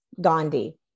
Gandhi